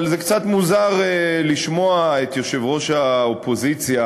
אבל זה קצת מוזר לשמוע את יושב-ראש האופוזיציה,